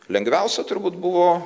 lengviausia turbūt buvo